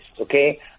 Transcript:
okay